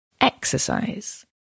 Exercise